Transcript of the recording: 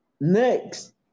Next